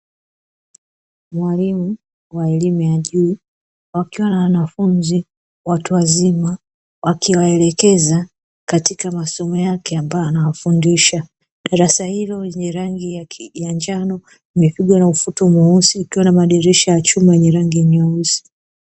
Mwalimu wa elimu ya juu wakiwa na wanafunzi watu wazima wakiwaelekeza katika masomo yake ambayo anawafundisha darasa ilo lenye rangi ya njano imepigwa na ufuto mweusi ikiwa na madirisha ya chuma yenye rangi nyeusi